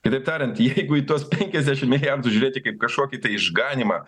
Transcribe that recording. kitaip tariant jeigu į tuos penkiasdešim milijardų žiūrėti kaip kažkokį tai išganymą